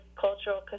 cultural